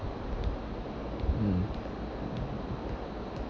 mm